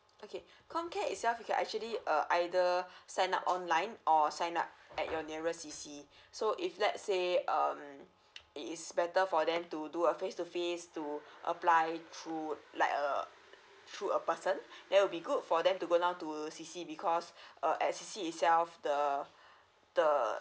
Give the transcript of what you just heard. okay C_O_M care itself you can actually err either sign up online or sign up at your nearest C_C so if let's say um it is better for them to do a face to face to apply through like err through a person that will be good for them to go down to C_C because uh at C_C itself the the